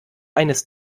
eines